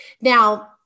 Now